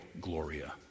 Gloria